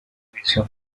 división